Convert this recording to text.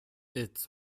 its